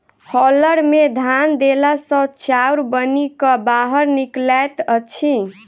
hauler मे धान देला सॅ चाउर बनि क बाहर निकलैत अछि